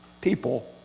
people